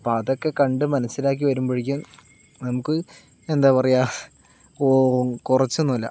അപ്പൊ അതൊക്കെ കണ്ടു മനസ്സിലാക്കി വരുമ്പോഴേക്കും നമുക്ക് എന്താ പറയുക കോ കുറച്ചൊന്നുമല്ല